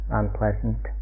unpleasant